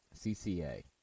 CCA